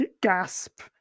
Gasp